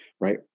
right